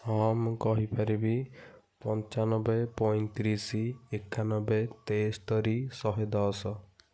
ହଁ ମୁଁ କହିପାରିବି ପଞ୍ଚାନବେ ପଞ୍ଚତିରିଶ ଏକାନବେ ତେସ୍ତରି ଶହେ ଦଶ